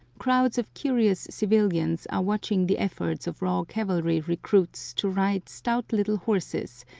crowds of curious civilians are watching the efforts of raw cavalry recruits to ride stout little horses,